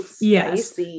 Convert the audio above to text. Yes